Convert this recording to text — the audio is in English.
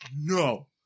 no